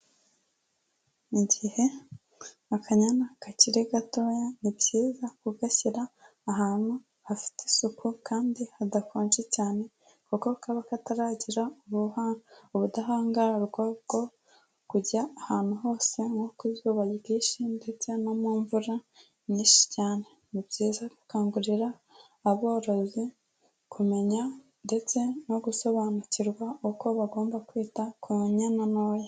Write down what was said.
Igihe akanyana kakiri gatoya ni byiza kugashyira ahantu hafite isuku kandi hadakonje cyane, kuko kaba kataragira ubudahangarwa bwo kujya ahantu hose, nko ku zuba ryinshi ndetse no mu mvura nyinshi cyane, ni byiza gukangurira aborozi kumenya ndetse no gusobanukirwa uko bagomba kwita ku nyana ntoya.